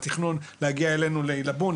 הם תכננו להגיע אלינו לעילבון,